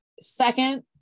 second